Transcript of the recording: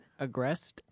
Aggressed